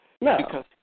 No